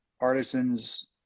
artisans